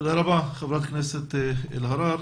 תודה רבה, חברת הכנסת אלהרר.